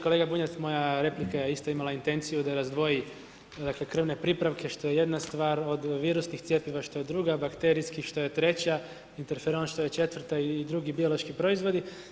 Kolega Bunjac, moja replika je isto imala intenciju da razdvoji krvne pripravke što je jedna stvar, od virusnih cjepiva što je druga, bakterijskih što je treća, interferon što je četvrta i drugi biološki proizvodi.